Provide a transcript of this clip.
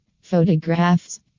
Photographs